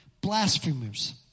Blasphemers